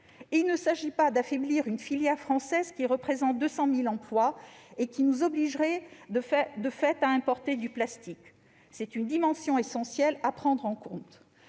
question d'affaiblir une filière française qui représente 200 000 emplois, ce qui nous obligerait à importer du plastique ; c'est une dimension essentielle à prendre en compte.